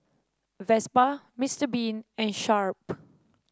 Vespa Mister Bean and Sharp